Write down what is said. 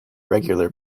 regular